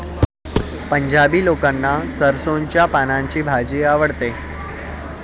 पंजाबी लोकांना सरसोंच्या पानांची भाजी आवडते